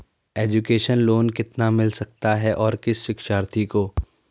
Education loan कितना मिल सकता है और किस शिक्षार्थी को?